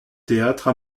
théâtre